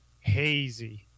hazy